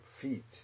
feet